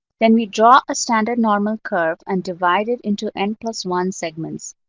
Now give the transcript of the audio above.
then we draw a standard normal curve, and divide it into n plus one segments.